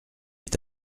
est